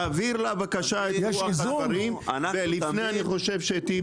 תעביר לה בבקשה את רוח הדברים ולפני,